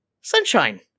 sunshine